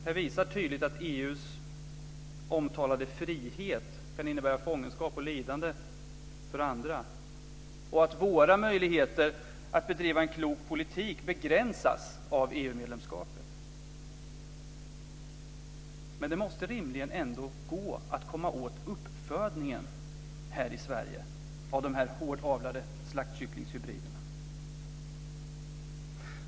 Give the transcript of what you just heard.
Det visar tydligt att EU:s omtalade frihet kan innebära fångenskap och lidande för andra, och att våra möjligheter att bedriva en klok politik begränsas av EU-medlemskapet. Det måste rimligen ändå gå att komma åt uppfödningen i Sverige av de hårdavlade slaktkycklingshybriderna.